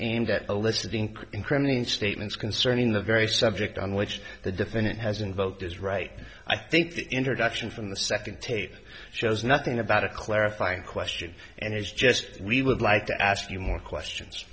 aimed at eliciting incriminating statements concerning the very subject on which the defendant has invoked his right i think the introduction from the second tape shows nothing about a clarifying question and it is just we would like to ask you more questions